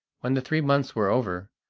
when the three months were over,